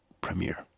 premiere